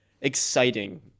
exciting